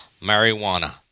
marijuana